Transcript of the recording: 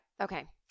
Okay